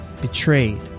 betrayed